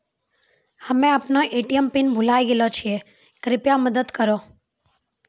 हम्मे अपनो ATM PIN भुलाय गेलो छियै, कृपया मदत करहो